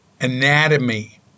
Anatomy